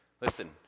listen